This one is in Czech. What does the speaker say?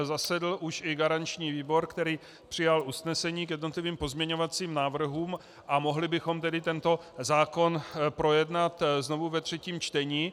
Zasedl už i garanční výbor, který přijal usnesení k jednotlivým pozměňovacím návrhům, a mohli bychom tedy tento zákon projednat znovu ve třetím čtení.